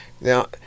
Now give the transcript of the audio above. Now